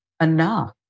enough